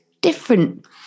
different